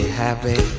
happy